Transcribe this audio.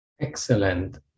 Excellent